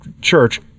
church